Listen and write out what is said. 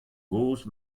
gozh